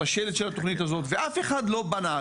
את השלד של התוכנית הזאת ואף אחד לא בנה,